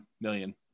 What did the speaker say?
million